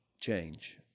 change